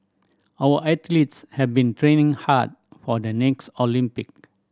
our athletes have been training hard for the next Olympic